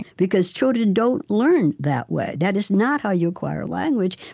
because children don't learn that way. that is not how you acquire language.